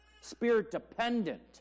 spirit-dependent